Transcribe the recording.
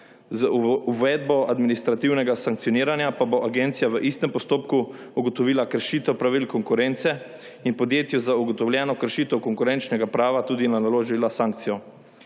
Z uvedbo administrativnega sankcioniranja pa bo agencija v istem postopku ugotovila kršitev pravil konkurence in podjetju za ugotovljeno kršitev konkurenčnega prava tudi naložila sankcijo.